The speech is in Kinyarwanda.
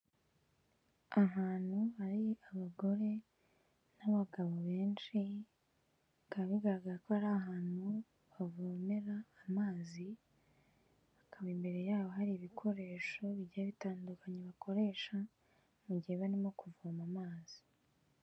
Ahantu hari abagore n'abagabo benshi, bikaba bigaragara ko ari ahantu bavomera amazi, hakaba imbere yabo hari ibikoresho bigiye bitandukanye bakoresha mu gihe barimo kuvoma amazi.